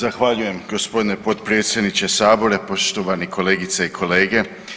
Zahvaljujem g. potpredsjedniče HS-a, poštovani kolegice i kolege.